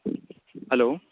hello